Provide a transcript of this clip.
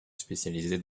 spécialisé